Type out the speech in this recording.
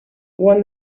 when